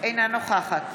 אינה נוכחת